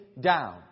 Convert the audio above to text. down